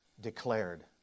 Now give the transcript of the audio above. declared